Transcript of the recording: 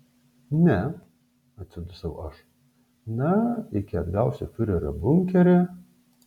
ne atsidusau aš na iki atgausiu fiurerio bunkerį